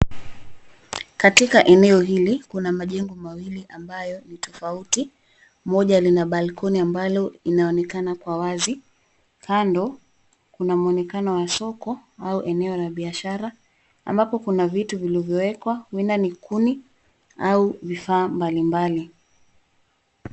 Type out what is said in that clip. Katika eneo hili, kuna majengo mawili ambayo ni tofauti. Moja lina balcony ambalo inaonekana kwa wazi. Kando, kuna mwonekano wa soko au eneo la biashara, ambapo kuna vitu vilivyowekwa huenda ni kuni au vifaa mbalimbali.